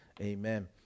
Amen